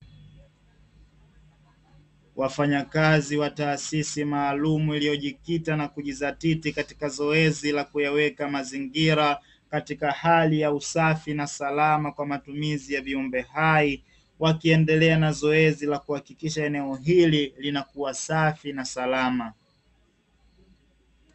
Waafanyakazi wa taasisi maalum, iliyojikita na kujizatiti katika zoezi la kuyaweka mazingira katika hali ya usafi na salama kwa matumizi ya viumbe hai, wakiendelea na zoezi la kuhakikisha eneo hili linakuwa safi na salama.